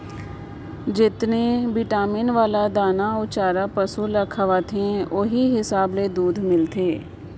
जेतनी बिटामिन वाला दाना अउ चारा पसु ल खवाथे ओहि हिसाब ले दूद मिलथे